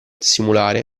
simulare